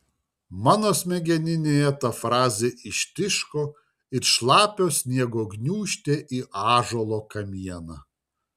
mano smegeninėje ta frazė ištiško it šlapio sniego gniūžtė į ąžuolo kamieną